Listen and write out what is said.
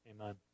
amen